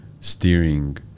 steering